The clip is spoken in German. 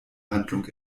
handlung